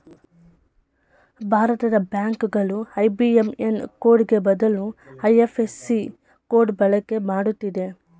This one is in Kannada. ಭಾರತದ ಬ್ಯಾಂಕ್ ಗಳು ಐ.ಬಿ.ಎಂ.ಎನ್ ಕೋಡ್ಗೆ ಬದಲು ಐ.ಎಫ್.ಎಸ್.ಸಿ ಕೋಡ್ ಬಳಕೆ ಮಾಡುತ್ತಿದೆ